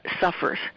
suffers